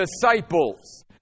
disciples